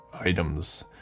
items